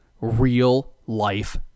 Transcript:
real-life